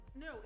No